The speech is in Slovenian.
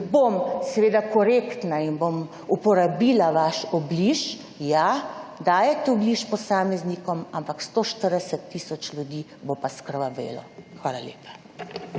bom seveda korektna in bom uporabila vaš obliž, ja, dajete obliž posameznikom, ampak 140 tisoč ljudi bo pa izkrvavelo. Hvala lepa.